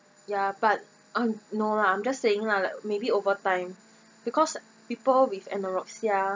ya but I'm no lah I'm just saying lah like maybe over time because people with anorexia